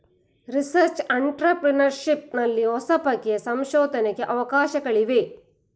research entrepreneurship ನಲ್ಲಿ ಹೊಸಬಗೆಯ ಸಂಶೋಧನೆಗೆ ಅವಕಾಶಗಳಿವೆ